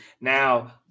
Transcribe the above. Now